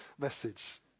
message